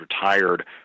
retired